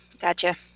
Gotcha